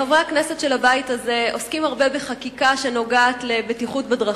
חברי הכנסת של הבית הזה עוסקים הרבה בחקיקה שנוגעת לבטיחות בדרכים.